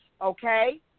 okay